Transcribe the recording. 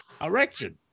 Erection